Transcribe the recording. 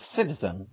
Citizen